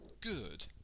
good